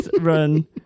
run